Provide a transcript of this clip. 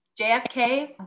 JFK